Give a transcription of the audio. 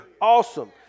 Awesome